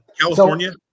California